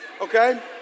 okay